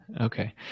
Okay